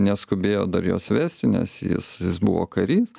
neskubėjo dar jos vesti nes jis jis buvo karys